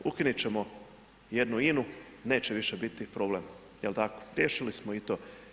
Ukinut ćemo jednu INU, neće više biti problem jel tako, riješili smo i to.